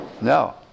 No